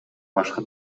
башка